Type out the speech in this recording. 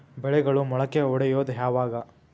ಬೆಳೆಗಳು ಮೊಳಕೆ ಒಡಿಯೋದ್ ಯಾವಾಗ್?